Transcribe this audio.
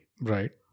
right